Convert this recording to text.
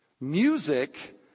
Music